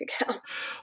accounts